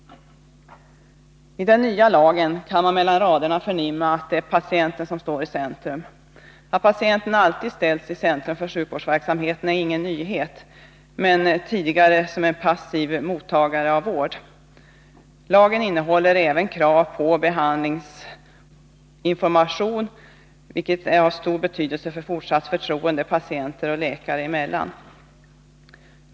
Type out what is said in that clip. Iden nya lagen kan man mellan raderna förnimma att det är patienten som står i centrum. Att patienten ställs i centrum för sjukvårdsverksamheten är ingen nyhet, men patienten har tidigare setts som en passiv mottagare av vård. Lagen innehåller även krav på behandlingsinformation, vilket är av stor betydelse för fortsatt förtroende patienter och läkare emellan.